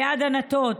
ליד ענתות,